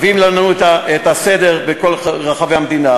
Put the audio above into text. שהם מביאים לנו את הסדר בכל רחבי המדינה,